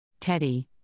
Teddy